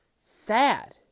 sad